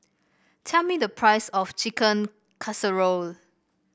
tell me the price of Chicken Casserole